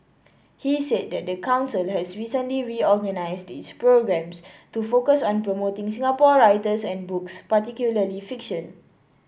he said that the council has recently reorganised its programmes to focus on promoting Singapore writers and books particularly fiction